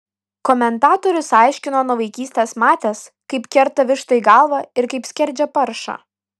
komentatorius aiškino nuo vaikystės matęs kaip kerta vištai galvą ir kaip skerdžia paršą